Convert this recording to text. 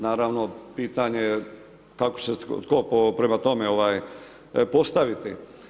Naravno, pitanje je kako će se tko prema tome postaviti.